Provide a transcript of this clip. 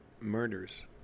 Murders